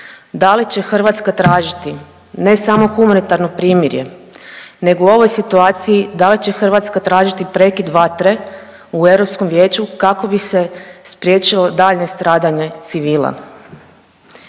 da li će Hrvatska tražiti ne samo humanitarno primirje nego u ovoj situaciji da li će Hrvatska tražiti prekid vatre u Europskom vijeću kako bi se spriječilo daljnje stradanje civila.